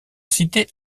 cité